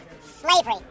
slavery